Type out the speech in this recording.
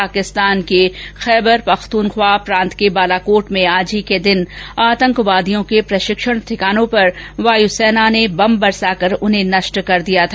पाकिस्तान के खैबर पख्तुनख्वा प्रांत के बालाकोट में आज ही के दिन आतंकवादियों के प्रशिक्षण ठिकानों पर वायुसेना ने बम बरसाकर उन्हें नष्ट कर दिया था